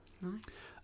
nice